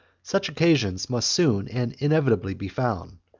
such occasions must soon and inevitably be found.